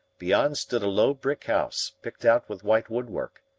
beyond stood a low brick house, picked out with white woodwork,